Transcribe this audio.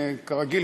כרגיל,